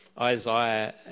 Isaiah